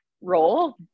role